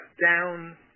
down